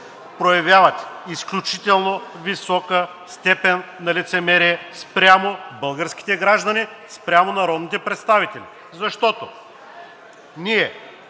проявявате изключително висока степен на лицемерие спрямо българските граждани и спрямо народните представители, защото ние